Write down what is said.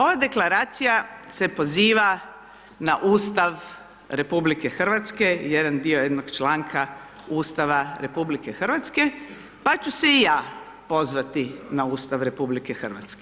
Ova deklaracija se poziva na Ustav RH, jedan dio jednog članka Ustava RH, pa ću se i ja pozvati na Ustav RH.